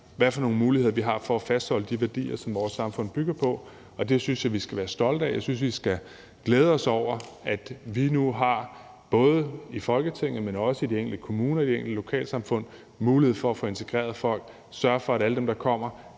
nogle muligheder, vi har for at fastholde de værdier, som vores samfund bygger på, og det synes jeg at vi skal være stolte af. Jeg synes, at vi skal glæde os over, at vi nu har, både i Folketinget og også i de enkelte kommuner og i de enkelte lokalsamfund, mulighed for at få integreret folk og sørge for, at alle dem, der kommer,